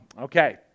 okay